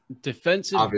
Defensive